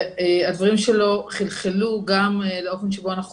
והדברים שלו חלחלו גם לאופן שבו אנחנו עובדים,